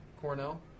Cornell